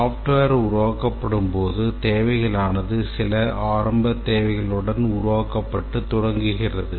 மென்பொருள் உருவாக்கப்படும்போது தேவைகளானது சில ஆரம்ப தேவைகளுடன் உருவாக்கப்பட்டு தொடங்குகிறது